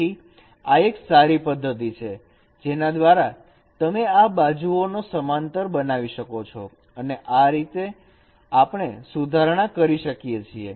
તેથી આ એક સારી પદ્ધતિ છે જેના દ્વારા તમે આ બાજુઓ ને સમાંતર બનાવી શકો છો અને આ રીતે આપણે સુધારણા કરી શકીએ છીએ